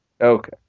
Okay